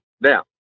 Now